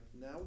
now